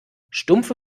stumpfe